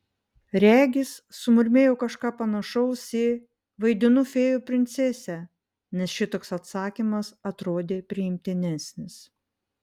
regis sumurmėjau kažką panašaus į vaidinu fėjų princesę nes šitoks atsakymas atrodė priimtinesnis